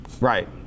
Right